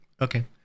Okay